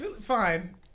fine